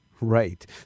Right